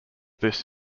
this